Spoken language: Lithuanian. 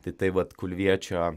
tai tai vat kulviečio